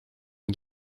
une